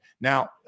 Now